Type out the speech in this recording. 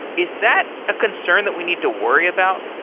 is that a concern that we need to worry about?